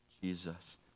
Jesus